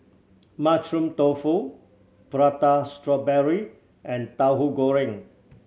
Mushroom Tofu Prata Strawberry and Tahu Goreng